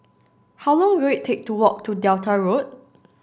how long will it take to walk to Delta Road